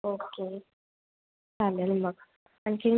okay चालेल मग आणखी